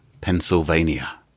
Pennsylvania